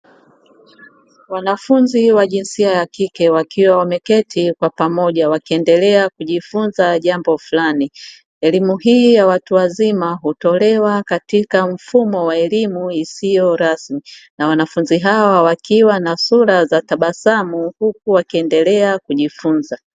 Wanafunzi wa jinsia ya kike wakiwa wameketi kwa pamoja wakiendelea kujifunza jambo flani. Elimu hii ya watu wazima hutolewa katika mfumo wa elimu isiyo rasmi na wanafunzi hawa wakiwa na sura za tabasamu huku wakiendelea kujifunza.